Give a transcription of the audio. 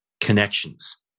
connections